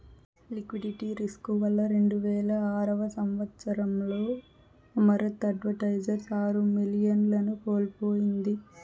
liquidity risk వల్ల రెండువేల ఆరవ సంవచ్చరంలో అమరత్ అడ్వైజర్స్ ఆరు మిలియన్లను కోల్పోయింది